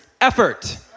effort